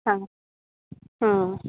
हा हा